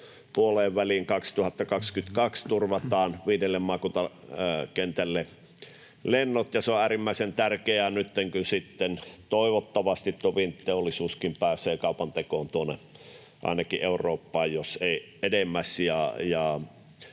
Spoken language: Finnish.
puoleenväliin 2022 turvataan viidelle maakuntakentälle lennot, ja se on äärimmäisen tärkeää nyt, kun sitten toivottavasti teollisuuskin pääsee kaupantekoon ainakin Eurooppaan, jos ei edemmäs.